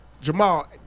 Jamal